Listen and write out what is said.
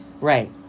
Right